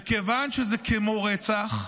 כיוון שזה כמו רצח,